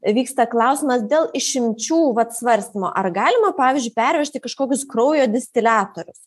vyksta klausimas dėl išimčių vat svarstymo ar galima pavyzdžiui pervežti kažkokius kraujo distiliatorius